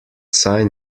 sign